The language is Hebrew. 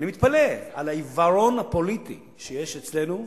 אני מתפלא על העיוורון הפוליטי שיש אצלנו,